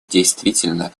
действительно